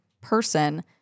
person